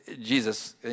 Jesus